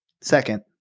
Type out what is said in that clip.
Second